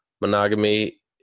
Monogamy